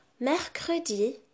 Mercredi